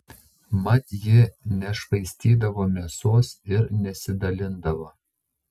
mat ji nešvaistydavo mėsos ir nesidalindavo